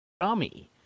dummy